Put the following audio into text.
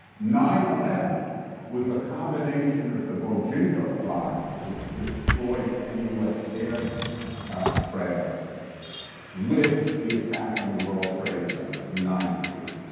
nine eleven was a combination of the bojinka plot, to destroy ten u s. aircraft with the attack on the world trade center in ninety three.